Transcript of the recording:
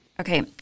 Okay